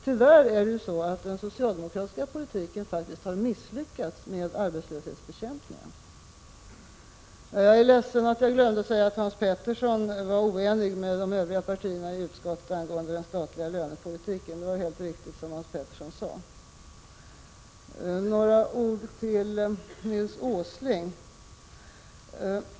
Tyvärr har den socialdemokratiska politiken faktiskt misslyckats med arbetslöshetsbekämpningen. Jag är ledsen att jag glömde säga att Hans Petersson i Hallstahammar var oense med representanterna för de övriga partierna i utskottet angående den statliga lönepolitiken. Det Hans Petersson sade var helt riktigt. Några ord till Nils G. Åsling.